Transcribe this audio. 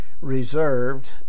reserved